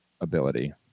ability